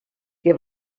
que